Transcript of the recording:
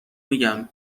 میگم